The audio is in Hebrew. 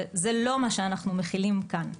וזה לא מה שאנחנו מחילים כאן.